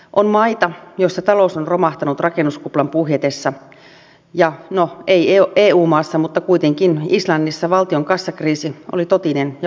on maita joissa talous on romahtanut rakennuskuplan puhjetessa ja no ei eu maassa mutta kuitenkin islannissa valtion kassakriisi oli totinen ja vakava asia